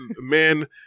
man